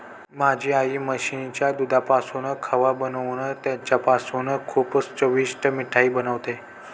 माझी आई म्हशीच्या दुधापासून खवा बनवून त्याच्यापासून खूप चविष्ट मिठाई बनवते